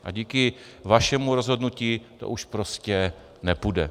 A díky vašemu rozhodnutí to už prostě nepůjde.